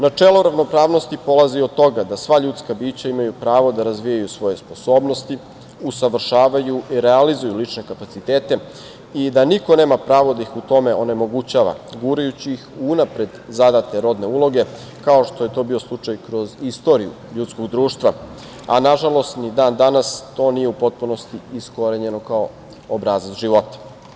Načelo ravnopravnosti polazi od toga da sva ljudska bića imaju pravo da razvijaju svoje sposobnosti, usavršavaju i realizuju lične kapacitete i da niko nema pravo da ih u tome onemogućava, gurajući ih u unapred zadate rodne uloge, kao što je to bio slučaj kroz istoriju ljudskog društva, a nažalost ni dan-danas to nije u potpunosti iskorenjeno kao obrazac života.